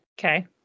Okay